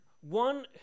one